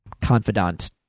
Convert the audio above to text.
confidant